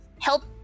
help